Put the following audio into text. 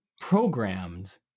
programmed